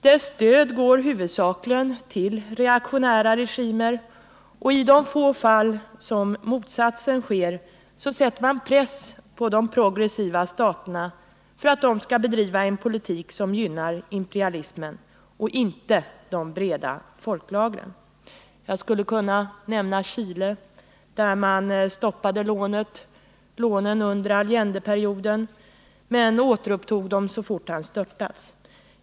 Dess stöd går huvudsakligen till reaktionära regimer, och i de få fall motsatsen sker sätter man press på de progressiva staterna för att de skall bedriva en politik som gynnar imperialismen och inte de breda folklagren. Jag skulle kunna nämna Chile, där banken stoppade lånen under Allendeperioden men återupptog dem så fort han störtats.